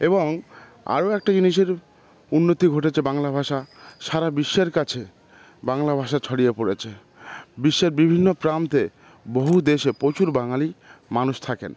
এবং আরো একটা জিনিসের উন্নতি ঘটেছে বাংলা ভাষা সারা বিশ্বের কাছে বাংলা ভাষা ছড়িয়ে পড়েছে বিশ্বের বিভিন্ন প্রান্তে বহু দেশে প্রচুর বাঙালি মানুষ থাকেন